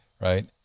right